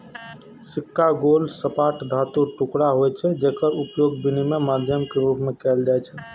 सिक्का गोल, सपाट धातुक टुकड़ा होइ छै, जेकर उपयोग विनिमय माध्यम के रूप मे कैल जाइ छै